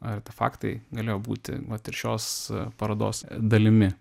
artefaktai galėjo būti vat ir šios parodos dalimi